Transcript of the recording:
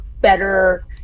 better